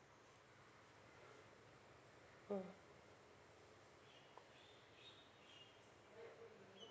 mm